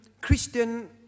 Christian